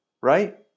right